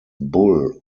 bull